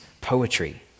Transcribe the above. poetry